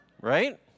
right